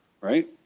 Right